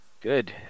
Good